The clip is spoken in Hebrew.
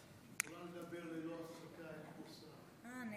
יכולה לדבר ללא הפסקה, אין פה שר.